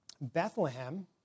Bethlehem